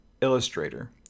illustrator